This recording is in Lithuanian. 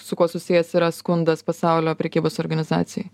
su kuo susijęs yra skundas pasaulio prekybos organizacijoj